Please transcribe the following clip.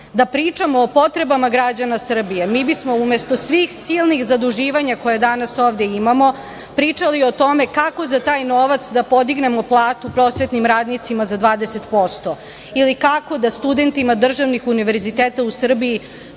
pričamo o potrebama građana Srbije, mi bismo umesto svih silnih zaduživanja koje danas ovde imamo pričali o tome kako za taj novac da podignemo platu prosvetnim radnicima za 20%, ili kako da studentima državnih univerziteta u Srbiji